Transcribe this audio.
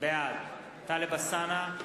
בעד טלב אלסאנע,